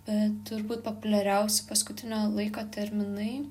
bet turbūt populiariausi paskutinio laiko terminai